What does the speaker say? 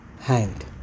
hanged